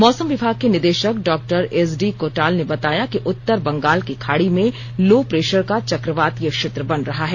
मौसम विभाग के निदेशक डॉ एसडी कोटाल ने बताया कि उत्तर बंगाल की खाड़ी में लो प्रेशर का चक्रवातीय क्षेत्र बन रहा है